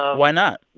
ah why not?